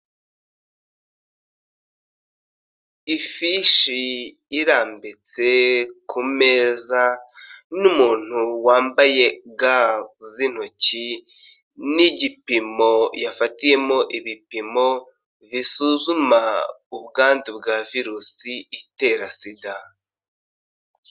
Ifishi irambitse ku meza n'umuntu wambaye ga z'intoki. N'igipimo yafatiyemo ibipimo bisuzuma ubwandu bwa virusi itera SIDA.